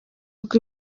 uko